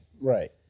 Right